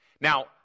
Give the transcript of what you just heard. Now